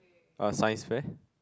a science fair